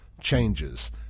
changes